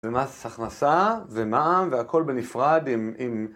ומס הכנסה, ומע"מ, והכל בנפרד עם עם...